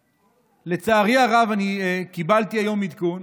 לצערי הרב, קיבלתי היום עדכון